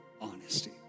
honesty